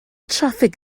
traffig